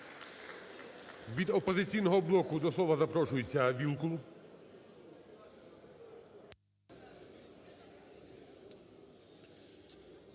Від "Опозиційного блоку" до слова запрошується Вілкул.